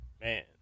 man